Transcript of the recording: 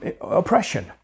oppression